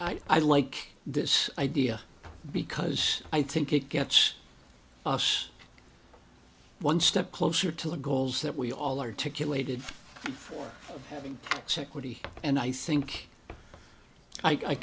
i i like this idea because i think it gets us one step closer to the goals that we all are to kill ated for having checked woody and i think i